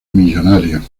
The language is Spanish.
millonario